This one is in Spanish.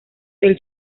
del